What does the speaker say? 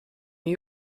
new